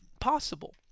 possible